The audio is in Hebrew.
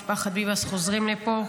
משפחת ביבס חוזרים לפה.